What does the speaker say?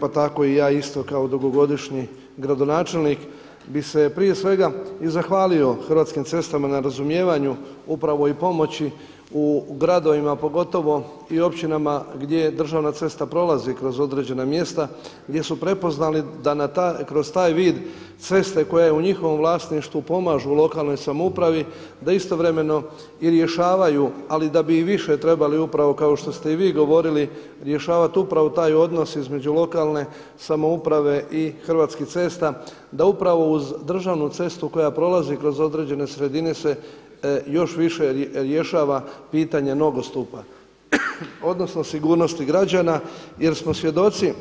Pa tako i ja isto kao dugogodišnji gradonačelnik bi se prije svega i zahvalio Hrvatskim cestama na razumijevanju upravo i pomoći u gradovima, a pogotovo i općinama gdje državna cesta prolazi kroz određena mjesta, gdje su prepoznali da kroz taj vid ceste koja je u njihovom vlasništvu pomažu lokalnoj samoupravi da istovremeno i rješavaju, ali da bi i više trebali upravo kao što ste i vi govorili rješavati taj odnos između lokalne samouprave Hrvatskih cesta, da uz državnu cestu koja prolazi kroz određene sredine se još više rješava pitanje nogostupa odnosno sigurnosti građana jer smo svjedoci